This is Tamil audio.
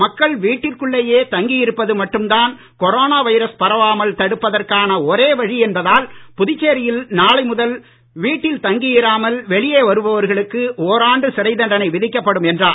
மக்கள் வீட்டிற்குள்ளேயே தங்கியிருப்பது மட்டும்தான் கொரோனா வைரஸ் பரவாமல் தடுப்பதற்கான ஒரே வழி என்பதால் புதுச்சேரியில் நாளை முதல் வீட்டில் தங்கியிராமல் வெளியே வருபவர்களுக்கு ஓராண்டு சிறை தண்டனை விதிக்கப்படும் என்றார்